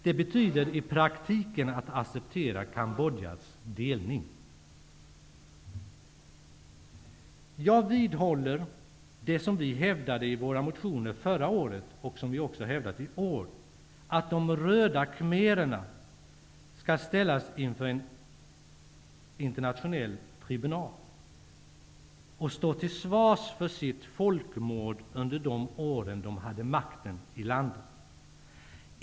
Det betyder i praktiken ett accepterande av Kambodjas delning. Jag vidhåller det som vi förra året och också i år har hävdat i våra motioner, att de röda khmererna inför en internationell tribunal skall ställas till svars för sitt folkmord under de år som de hade makten i landet.